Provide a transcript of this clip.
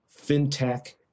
FinTech